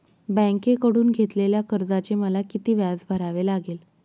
बँकेकडून घेतलेल्या कर्जाचे मला किती व्याज भरावे लागेल?